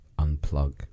unplug